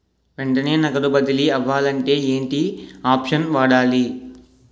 వెంటనే నగదు బదిలీ అవ్వాలంటే ఏంటి ఆప్షన్ వాడాలి?